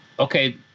Okay